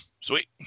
sweet